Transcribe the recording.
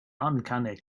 uncanny